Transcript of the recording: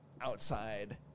outside